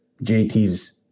JT's